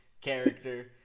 character